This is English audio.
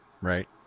Right